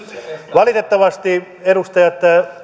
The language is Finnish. valitettavasti edustaja